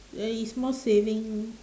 ya is more saving